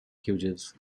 hughes